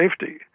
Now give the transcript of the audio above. safety